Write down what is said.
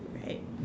right